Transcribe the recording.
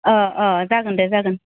अ अ जागोन दे जागोन